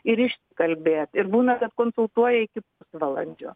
ir išsikalbėt ir būna kad konsultuoja iki pusvalandžio